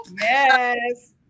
Yes